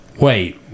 wait